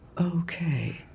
Okay